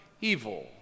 evil